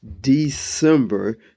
December